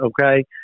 Okay